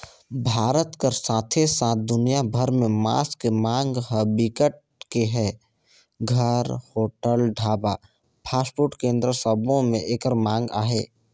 भारत कर साथे साथ दुनिया भर में मांस के मांग ह बिकट के हे, घर, होटल, ढाबा, फास्टफूड केन्द्र सबो में एकर मांग अहे